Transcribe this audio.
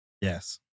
Yes